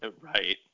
Right